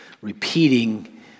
repeating